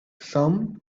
some